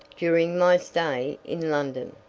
during my stay in london.